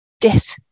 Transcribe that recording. death